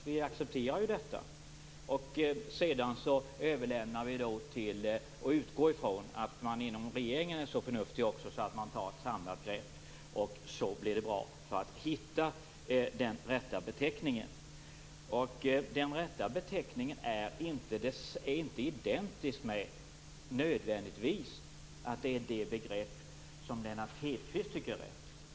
Vi accepterar detta. Sedan utgår vi från att man inom regeringen är så förnuftig att man tar ett samlat grepp för att hitta den rätta beteckningen. Den rätta beteckningen är inte nödvändigtvis identisk med det begrepp som Lennart Hedquist tycker är rätt.